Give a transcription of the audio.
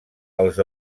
als